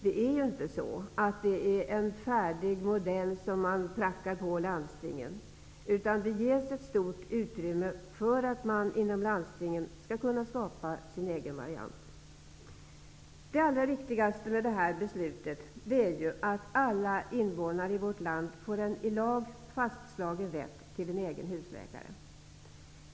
Det är inte någon färdig modell som man prackar på landstingen, utan det ges ett stort utrymme för att man inom landstingen skall kunna skapa sin egen variant. Det allra viktigaste med detta beslut är att alla invånare i vårt land får en i lag fastslagen rätt till en egen husläkare.